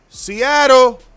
Seattle